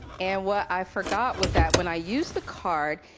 and what i forgot was that, when i used the card,